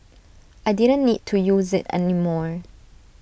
I didn't need to use IT any more